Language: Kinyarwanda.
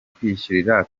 kwishyurira